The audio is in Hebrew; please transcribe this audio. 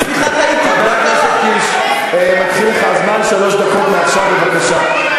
חברת הכנסת גלאון, אני מבקש ממך שנייה להקשיב.